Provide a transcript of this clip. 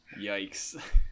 Yikes